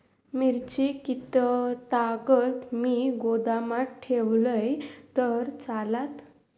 मिरची कीततागत मी गोदामात ठेवलंय तर चालात?